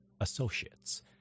associates